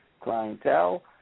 clientele